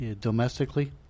domestically